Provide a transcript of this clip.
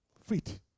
fit